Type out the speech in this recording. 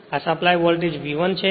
આ supply voltage V1 છે